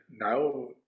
now